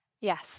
Yes